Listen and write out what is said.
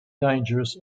dangerous